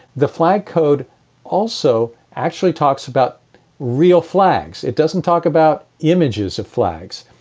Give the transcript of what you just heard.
the flag code also actually talks about real flags. it doesn't talk about images of flags.